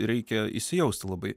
reikia įsijausti labai